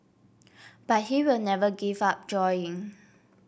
but he will never give up drawing